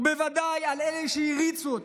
ובוודאי על אלה שהעריצו אותו.